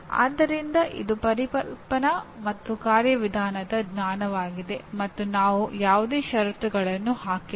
ಆದ್ದರಿಂದ ಇದು ಪರಿಕಲ್ಪನಾ ಮತ್ತು ಕಾರ್ಯವಿಧಾನದ ಜ್ಞಾನವಾಗಿದೆ ಮತ್ತು ನಾವು ಯಾವುದೇ ಷರತ್ತುಗಳನ್ನು ಹಾಕಿಲ್ಲ